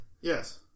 yes